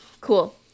Cool